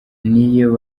n’iyo